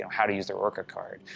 how to use or work a card.